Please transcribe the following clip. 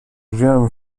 wiem